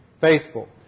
faithful